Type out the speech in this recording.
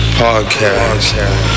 podcast